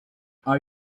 are